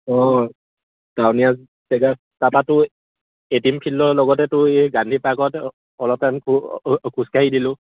অঁ টাউনীয়া জেগাত তাৰপৰা তোৰ এ টিম ফিল্ডৰ লগতে তোৰ এই গান্ধী পাৰ্কত অলপমান খোজকাঢ়ি দিলোঁ